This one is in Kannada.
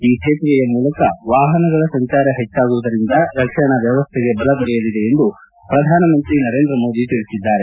ಈ ಸೇತುವೆಯ ಮೂಲಕ ವಾಹನಗಳ ಸಂಚಾರ ಹೆಚ್ಚಾಗುವುದರಿಂದ ರಕ್ಷಣಾ ವ್ಲವಸ್ಥೆಗೆ ಬಲ ದೊರೆಯಲಿದೆ ಎಂದು ಶ್ರಧಾನಮಂತ್ರಿ ನರೇಂದ್ರ ಮೋದಿ ಎಂದು ಹೇಳಿದ್ದಾರೆ